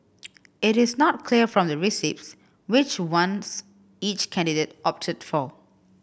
it is not clear from the receipts which ones each candidate opted for